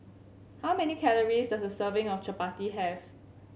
how many calories does a serving of Chappati have